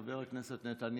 עד היום, חבר הכנסת אבוטבול,